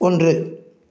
ஒன்று